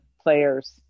players